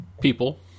People